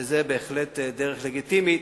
וזאת בהחלט דרך לגיטימית.